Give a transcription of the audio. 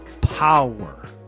power